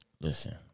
Listen